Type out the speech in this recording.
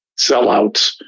sellouts